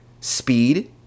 speed